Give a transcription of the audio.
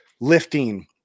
lifting